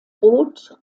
rot